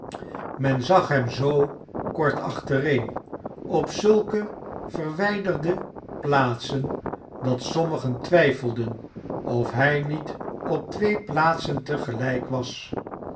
men zag hem zoo kort achtereen op zulke verwrjderde plaatsen dat sommigen twijfelden of hij met op twee plaatsen te gelijk was